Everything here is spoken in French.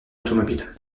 automobile